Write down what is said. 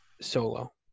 solo